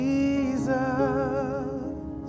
Jesus